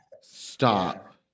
Stop